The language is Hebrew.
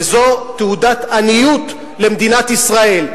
וזו תעודת עניות למדינת ישראל,